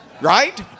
right